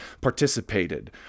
participated